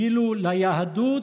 כאילו ליהדות